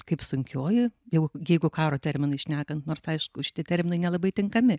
kaip sunkioji jau jeigu karo terminais šnekant nors aišku šitie terminai nelabai tinkami